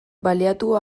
baliatu